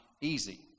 easy